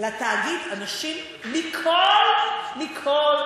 לתאגיד אנשים מכל, מכל,